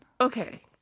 Okay